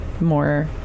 more